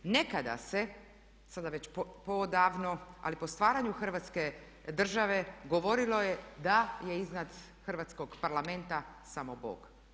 Nekada se sada već poodavno ali po stvaranju Hrvatske države govorilo je da je iznad hrvatskog Parlamenta samo Bog.